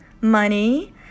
money